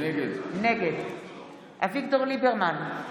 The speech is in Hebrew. נגד אביגדור ליברמן,